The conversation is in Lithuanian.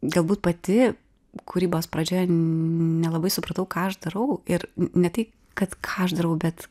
galbūt pati kūrybos pradžioje nelabai supratau ką aš darau ir ne tai kad ką aš darau bet